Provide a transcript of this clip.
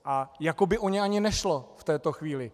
A jako by o ně ani nešlo v této chvíli.